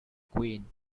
queen